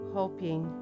hoping